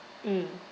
mm